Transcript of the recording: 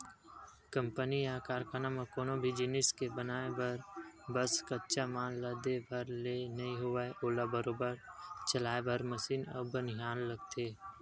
company या कारखाना म कोनो भी जिनिस के बनाय बर बस कच्चा माल ला दे भर ले नइ होवय ओला बरोबर चलाय बर मसीन अउ बनिहार लगथे